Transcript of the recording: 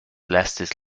lasted